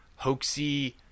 hoaxy